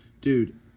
Dude